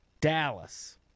Dallas